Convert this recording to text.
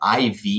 IV